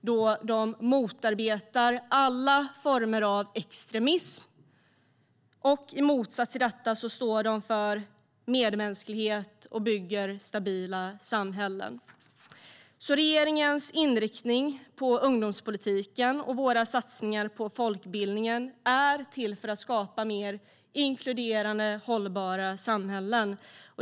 De motarbetar alla former av extremism. I motsats till extremism står de för medmänsklighet och bygger stabila samhällen. Regeringens inriktning på ungdomspolitiken och våra satsningar på folkbildningen är till för att skapa mer inkluderande, hållbara samhällen.